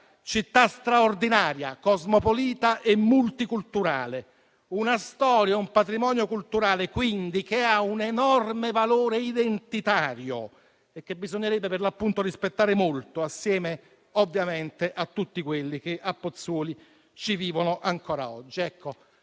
città straordinaria, cosmopolita e multiculturale; una storia, un patrimonio culturale, quindi, che ha un enorme valore identitario e che bisognerebbe rispettare molto assieme, ovviamente, a tutti quelli che a Pozzuoli ci vivono ancora oggi.